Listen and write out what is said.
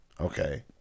Okay